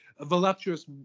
voluptuous